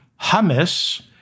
hummus